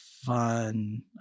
fun